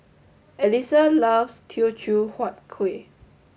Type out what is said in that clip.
Elisa loves Teochew Huat Kueh